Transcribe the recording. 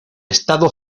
estado